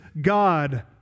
God